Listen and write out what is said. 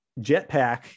jetpack